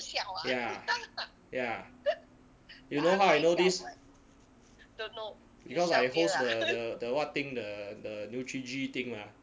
ya ya you know how I know this because I host the the the what thing the the nutri g thing ah